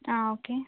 ആ ഓക്കേ